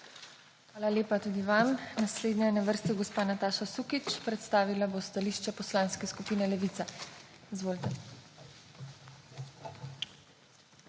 Hvala lepa tudi vam. Naslednja je na vrsti gospa Nataša Sukič. Predstavila bo stališča Poslanske skupine Levica. Izvolite.